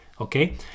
okay